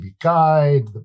Guide